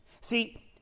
See